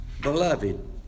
beloved